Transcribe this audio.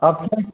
आप